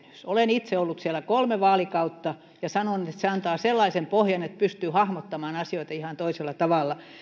olen itse ollut siellä kolme vaalikautta ja sanon että se antaa sellaisen pohjan että pystyy hahmottamaan asioita ihan toisella tavalla